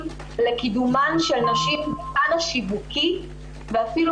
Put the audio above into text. לקידומן של נשים בפן השיווקי ואפילו,